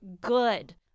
good